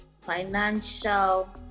financial